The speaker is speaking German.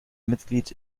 mitglied